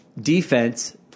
defense